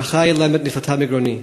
צרחה אילמת נפלטה מגרוני.